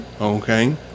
Okay